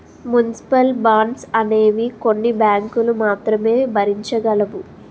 municipal bonds అనేవి కొన్ని బ్యాంకులు మాత్రమే భరించగలవు